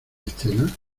estela